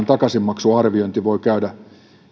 takaisinmaksuarvioinnin voi käydä